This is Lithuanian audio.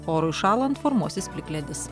orui šąlant formuosis plikledis